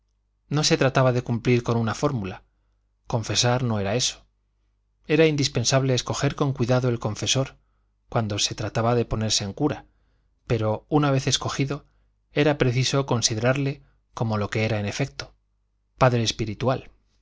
no se trataba de cumplir con una fórmula confesar no era eso era indispensable escoger con cuidado el confesor cuando se trataba de ponerse en cura pero una vez escogido era preciso considerarle como lo que era en efecto padre espiritual